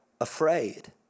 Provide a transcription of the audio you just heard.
afraid